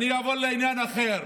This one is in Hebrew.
אעבור לעניין אחר,